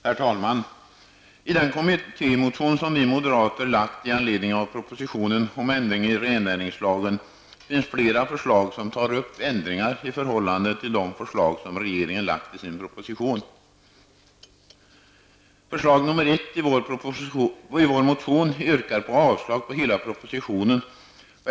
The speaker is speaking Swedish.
Herr talman! I den kommittémotion som vi moderater har väckt med anledning av propositionen om ändring i rennäringslagen finns flera förslag till ändringar i förhållande till de förslag som regeringen har lagt fram. Det första förslaget i motionen är ett avslagsyrkande på hela propositionen.